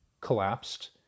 collapsed